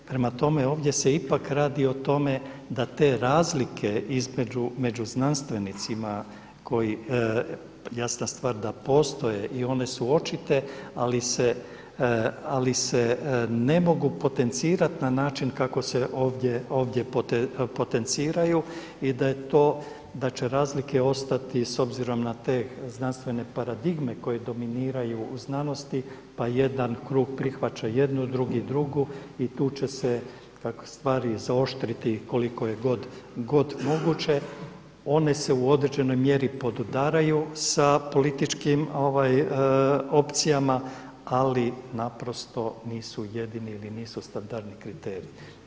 Prema tome, ovdje se ipak radi o tome da te razlike među znanstvenicima koje jasna stvar da postoje i one su očite ali se ne mogu potencirati na način kako se ovdje potenciraju i da će razlike ostati s obzirom na te znanstvene paradigme koje dominiraju u znanosti pa jedan krug prihvaća jednu, drugi drugu i tu će se kako stvari izoštriti koliko je god moguće, one se u određenoj mjeri podudaraju sa političkim opcijama ali naprosto nisu jedini ili nisu standardni kriteriji.